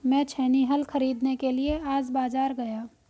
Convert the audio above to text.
मैं छेनी हल खरीदने के लिए आज बाजार गया